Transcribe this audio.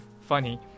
funny